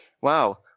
wow